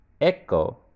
echo